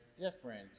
different